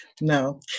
No